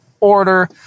order